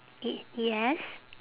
i~ yes